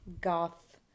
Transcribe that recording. goth